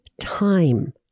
time